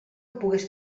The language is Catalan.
pogués